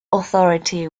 authority